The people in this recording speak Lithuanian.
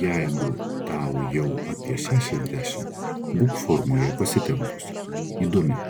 jeigu tau jau apie šešiasdešimt būk formoje pasitempusi įdomi